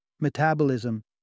metabolism